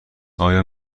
آیا